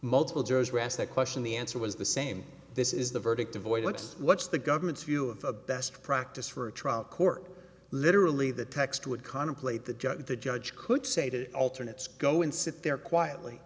multiple jurors rest that question the answer was the same this is the verdict avoid what what's the government's view of a best practice for a trial court literally the text would contemplate the judge the judge could say to alternate go and sit there quietly